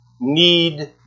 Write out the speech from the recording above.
need